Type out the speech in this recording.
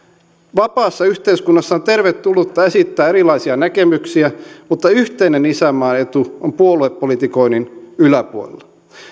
vapaassa yhteiskunnassa on tervetullutta esittää erilaisia näkemyksiä mutta yhteinen isänmaan etu on puoluepolitikoinnin yläpuolella